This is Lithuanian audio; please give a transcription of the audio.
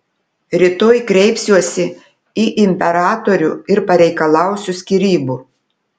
rytoj kreipsiuosi į imperatorių ir pareikalausiu skyrybų